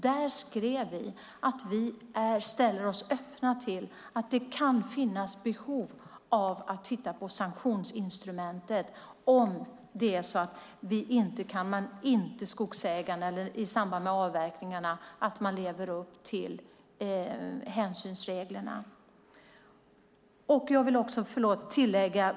Där skrev vi att vi är öppna för att det kan finnas behov av att titta på sanktionsinstrumentet i de fall att skogsägaren i samband med avverkningarna inte lever upp till hänsynsreglerna.